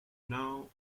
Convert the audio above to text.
now